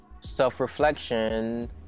self-reflection